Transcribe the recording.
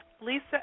Lisa